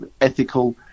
ethical